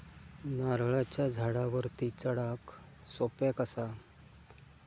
नारळाच्या झाडावरती चडाक सोप्या कसा?